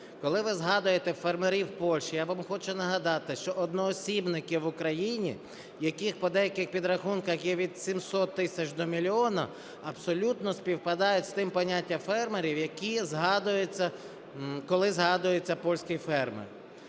Коли ви згадуєте фермерів в Польщі, я вам хочу нагадати, що одноосібники в Україні, яких по деяких підрахунках є від 700 тисяч до мільйона, абсолютно співпадають з тим поняттям фермерів, які згадуються, коли згадується польський фермер.